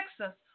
Texas